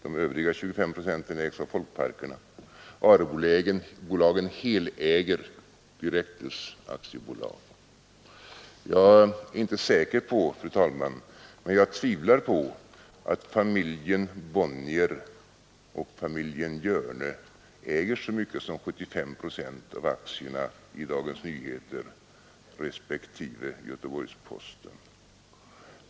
De övriga 25 procenten ägs av Folkparkernas centralorganisation. Arebolagen heläger Direktus AB. Jag tvivlar på att familjen Bonnier och familjen Hjörne äger så mycket som 75 procent av aktierna i Dagens Nyheter respektive Göteborgs Posten.